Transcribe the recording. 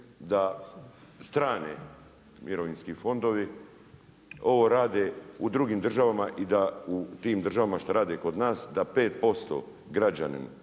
da strani mirovinski fondovi ovo rade u drugim državama i da u tim državama što rade kod nas da 5% građanin